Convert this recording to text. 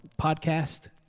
podcast